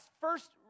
first